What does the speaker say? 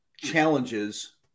challenges